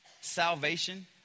Salvation